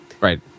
right